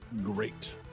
great